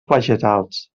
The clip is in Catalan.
vegetals